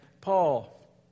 Paul